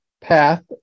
path